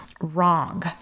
Wrong